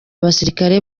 abasirikare